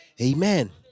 Amen